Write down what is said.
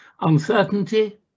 Uncertainty